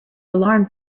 alarmed